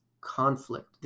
conflict